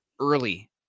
early